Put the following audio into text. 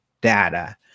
data